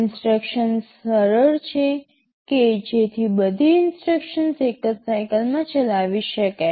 instructions સરળ છે કે જેથી બધી ઇન્સટ્રક્શન્સ એક જ સાઇકલમાં ચલાવી શકાય